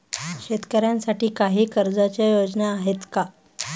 शेतकऱ्यांसाठी काही कर्जाच्या योजना आहेत का?